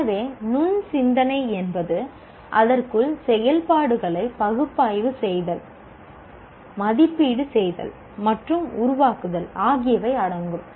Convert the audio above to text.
எனவே நுண் சிந்தனை என்பது அதற்குள் செயல்பாடுகளை பகுப்பாய்வு செய்தல் மதிப்பீடு செய்தல் மற்றும் உருவாக்குதல் ஆகியவை அடங்கும்